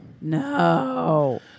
No